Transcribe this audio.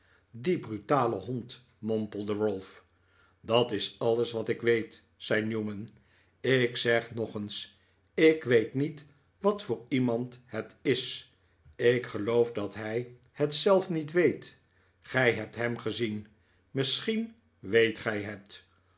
die brutale hond mompelde ralph dat is alles wat ik weet zei newman ik zeg nog eens ik weet niet wat voor iemand het is ik geloof dat hij het zelf niet weet gij hebt hem gezien misschien weet gij het